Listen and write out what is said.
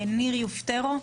ניר יופטרו,